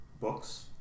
books